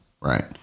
Right